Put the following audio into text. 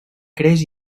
creix